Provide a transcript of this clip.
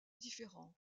différents